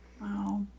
Wow